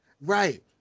Right